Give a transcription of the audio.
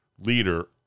leader